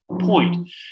point